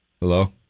Hello